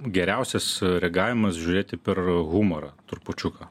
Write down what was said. geriausias reagavimas žiūrėti per humorą trupučiuką